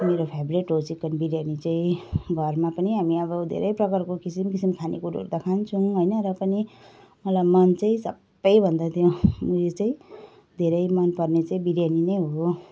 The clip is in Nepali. मेरो फेभरेट हो चिकन बिरयानी चाहिँ घरमा पनि हामी अब धेरै प्रकारको किसिम किसिमको खानेकुरोहरू त खान्छौँ हैन र पनि मलाई मन चाहिँ सबैभन्दा त्यो ऊ यो चाहिँ धेरै मन पर्ने चाहिँ बिरयानी नै हो